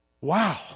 Wow